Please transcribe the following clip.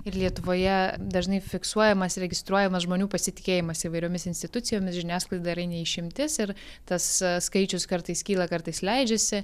ir lietuvoje dažnai fiksuojamas registruojamas žmonių pasitikėjimas įvairiomis institucijomis žiniasklaida yra ne išimtis ir tas skaičius kartais kyla kartais leidžiasi